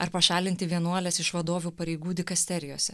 ar pašalinti vienuoles iš vadovių pareigų dikasterijose